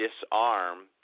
disarm